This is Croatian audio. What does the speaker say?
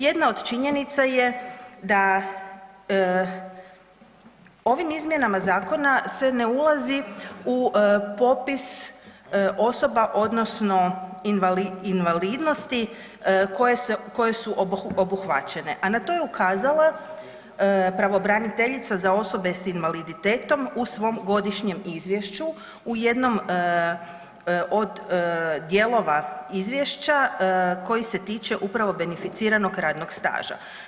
Jedna od činjenica je da ovim izmjenama zakona se ne ulazi u popis osoba odnosno invalidnosti koje su obuhvaćene, a na to je ukazala pravobraniteljica za osobe sa invaliditetom u svom godišnjem izvješću u jednom od dijelova izvješća koji se tiče upravo beneficiranog radnog staža.